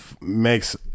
makes